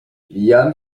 liam